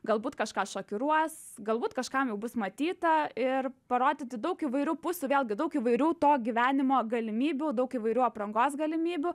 galbūt kažką šokiruos galbūt kažkam jau bus matyta ir parodyti daug įvairių pusių vėlgi daug įvairių to gyvenimo galimybių daug įvairių aprangos galimybių